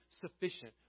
sufficient